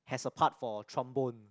has a part for trombone